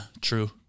True